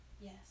Yes